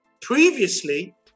previously